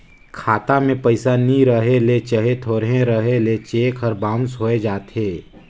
खाता में पइसा नी रहें ले चहे थोरहें रहे ले चेक हर बाउंस होए जाथे